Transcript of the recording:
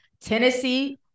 Tennessee